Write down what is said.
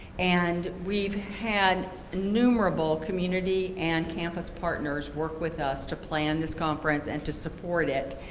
and we've had numerable community and campus partners work with us to plan this conference and to support it.